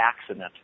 accident